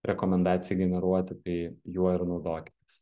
rekomendacijai generuoti tai juo ir naudokitės